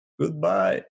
goodbye